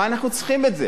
מה אנחנו צריכים את זה?